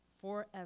forever